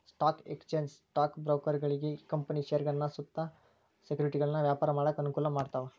stock exchange stock ಬ್ರೋಕರ್ಗಳಿಗಿ company ಷೇರಗಳನ್ನ ಮತ್ತ ಸೆಕ್ಯುರಿಟಿಗಳನ್ನ ವ್ಯಾಪಾರ ಮಾಡಾಕ ಅನುಕೂಲ ಮಾಡ್ತಾವ